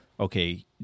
okay